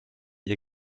ihr